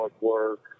work